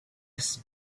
his